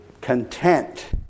content